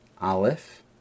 aleph